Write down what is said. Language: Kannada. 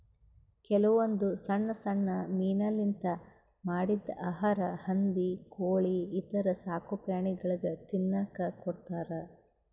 ಕೆಲವೊಂದ್ ಸಣ್ಣ್ ಸಣ್ಣ್ ಮೀನಾಲಿಂತ್ ಮಾಡಿದ್ದ್ ಆಹಾರಾ ಹಂದಿ ಕೋಳಿ ಈಥರ ಸಾಕುಪ್ರಾಣಿಗಳಿಗ್ ತಿನ್ನಕ್ಕ್ ಕೊಡ್ತಾರಾ